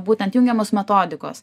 būtent jungiamos metodikos